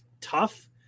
tough